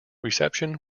reception